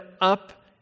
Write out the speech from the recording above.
up